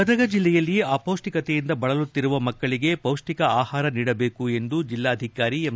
ಗದಗ ಜಿಲ್ಲೆಯಲ್ಲಿ ಅಪೌಷ್ಟಿಕತೆಯಿಂದ ಬಳಲುತ್ತಿರುವ ಮಕ್ಕಳಗೆ ಪೌಷ್ಟಿಕ ಆಹಾರ ನೀಡಬೇಕು ಎಂದು ಜಿಲ್ಲಾಧಿಕಾರಿ ಎಂ